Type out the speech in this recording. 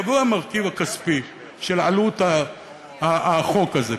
יבוא המרכיב הכספי של עלות החוק הזה,